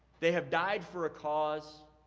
they have died for a cause.